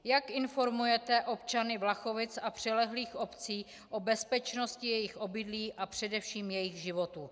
Jak informujete občany Vlachovic a přilehlých obcí o bezpečnosti jejich obydlí a především jejich životů?